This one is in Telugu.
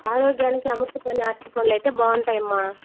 ఆరోగ్యానికి అమృతపాణి అరటి పండ్లు అయితే బాగుంటాయమ్మ